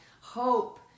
hope